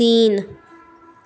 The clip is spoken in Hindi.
तीन